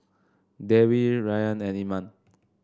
Dewi Rayyan and Iman